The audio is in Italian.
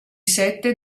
sette